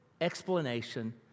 explanation